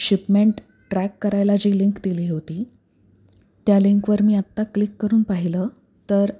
shipment track करायला जी link दिली होती त्या लिंकवर मी आत्ता क्लिक करून पाहिलं तर